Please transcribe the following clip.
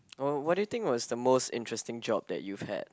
uh what do you think was the most interesting job that you've had